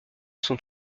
sont